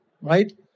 right